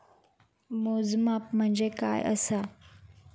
मोजमाप म्हणजे काय असा?